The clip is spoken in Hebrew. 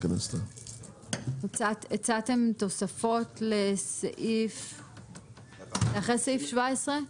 הצעתם תוספות לאחרי סעיף 17?